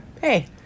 Hey